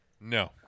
No